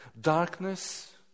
Darkness